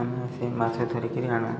ଆମେ ସେ ମାଛ ଧରି କରି ଆଣୁ